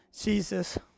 Jesus